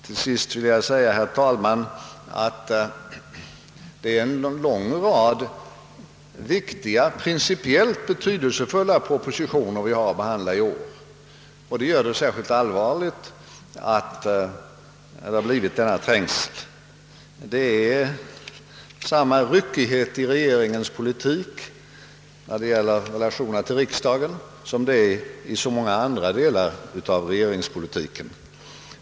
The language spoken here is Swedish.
Till sist vill jag framhålla, herr talman, att det är en lång rad viktiga, principiellt betydelsefulla propositioner vi har att behandla i år. Detta gör trängseln särskilt allvarlig. Det är samma ryckighet i regeringens politik när det gäller relationerna till riksdagen som det är i så många andra delar av regeringspolitiken.